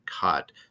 cut